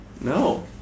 No